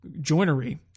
joinery